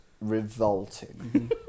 revolting